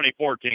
2014